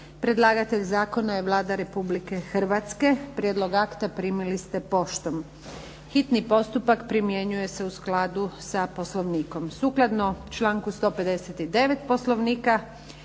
Predlagatelj zakona je Vlada Republike Hrvatske. Prijedlog akta primili ste poštom. Hitni postupak primjenjuje se u skladu sa Poslovnikom. Sukladno članku 159. Poslovnika